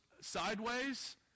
sideways